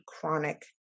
chronic